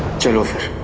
gentlemen